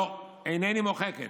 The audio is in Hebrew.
"לא, אינני מוחקת.